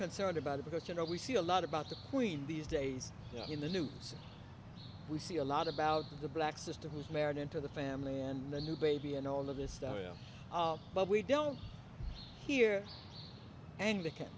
concerned about because you know we see a lot about the queen these days in the news we see a lot about the black sister who's married into the family and the new baby and all of this stuff but we don't hear anglican